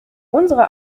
unsere